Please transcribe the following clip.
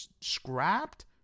scrapped